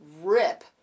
rip